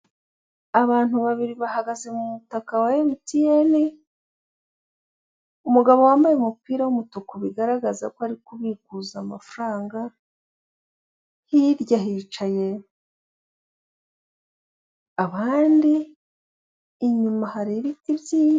Abantu babiri bahagaze mu mutaka wa MTN umugabo wambaye umupira w'umutuku bigaragaza ko ari kubikuza amafaranga hirya hicaye abandi inyuma hari ibiti byi...